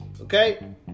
Okay